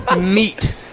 meat